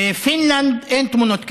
בפינלנד אין תמונות כאלה,